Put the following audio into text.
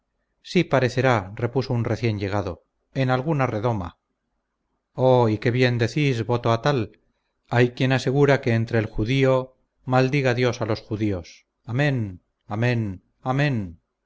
sí parecerá repuso un recién llegado en alguna redoma oh y qué bien decís voto a tal hay quien asegura que entre el judío maldiga dios a los judíos amén amén amén